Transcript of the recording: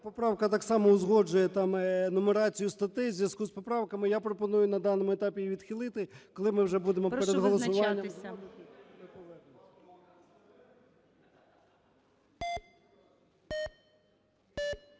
поправка так само узгоджує там нумерацію статей в зв'язку з поправками. Я пропоную на даному етапі її відхилити. Коли ми вже будемо перед голосуванням…